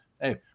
Hey